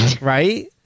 Right